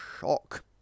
shock